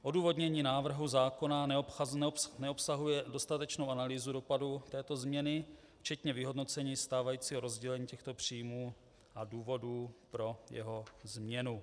Odůvodnění návrhu zákona neobsahuje dostatečnou analýzu dopadu této změny, včetně vyhodnocení stávajícího rozdělení těchto příjmů a důvodů pro jeho změnu.